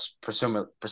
presumably